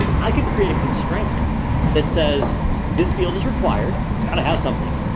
i could create a constraint that says this field is required. it's gotta have something.